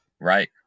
Right